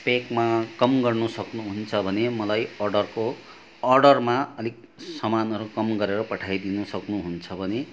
प्याकमा कम गर्नु सक्नुहुन्छ भने मलाई अर्डरको अर्डरमा अलिक सामानहरू कम गरेर पठाइदिनु सक्नुहुन्छ भने